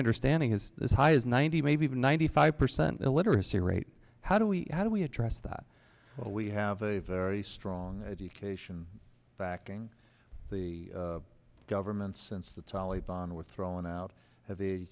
understanding is as high as ninety maybe even ninety five percent illiteracy rate how do we how do we address that we have a very strong education backing the government since the taliban were thrown out of the